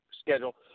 schedule